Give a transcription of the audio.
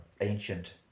ancient